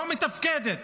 לא מתפקדת.